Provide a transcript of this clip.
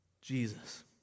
Jesus